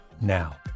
now